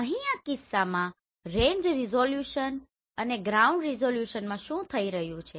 અહીં આ કિસ્સામાં રેંજ રીઝોલ્યુશન અને ગ્રાઉન્ડ રીઝોલ્યુશનમાં શું થઈ રહ્યું છે